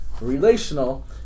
relational